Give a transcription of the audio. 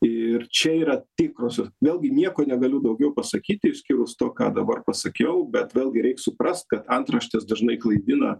ir čia yra tikrosios vėlgi nieko negaliu daugiau pasakyti išskyrus to ką dabar pasakiau bet vėlgi reik suprast kad antraštės dažnai klaidina